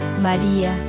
María